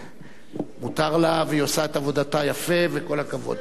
מותר לה, והיא עושה את עבודתה יפה, וכל הכבוד.